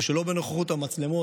ושלא בנוכחות המצלמות,